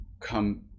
come